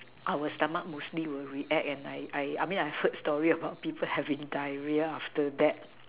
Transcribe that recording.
our stomach mostly will react and I I I mean I heard story about people having diarrhoea after that